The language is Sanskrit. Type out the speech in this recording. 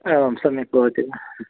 एवं सम्यक् भवति